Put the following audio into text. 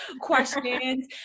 questions